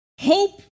hope